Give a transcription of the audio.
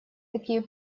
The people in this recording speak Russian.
такие